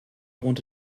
want